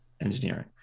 engineering